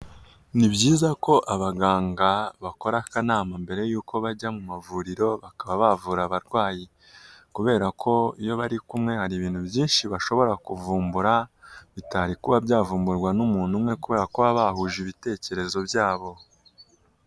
Ni byiza ko abaganga bakora akanama mbere y'uko bajya mu mavuriro bakaba bavura abarwayi, kubera ko iyo bari kumwe hari ibintu byinshi bashobora kuvumbura bitari kuba byavumburwa n'umuntu umwe kubera ko baba bahuje ibitekerezo byabo.